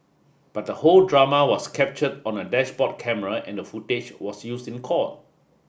but the whole drama was captured on a dashboard camera and the footage was used in court